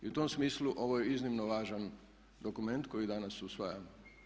I u tom smislu ovo je iznimno važan dokument koji danas usvajamo.